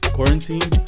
Quarantine